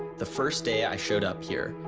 the first day i showed up here,